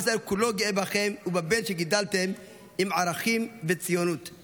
עם ישראל כולו גאה בכם ובבן שגידלתם עם ערכים וציונות,